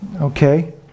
Okay